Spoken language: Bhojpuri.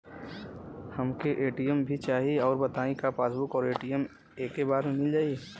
हमके ए.टी.एम भी चाही राउर बताई का पासबुक और ए.टी.एम एके बार में मील जाई का?